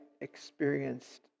experienced